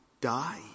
die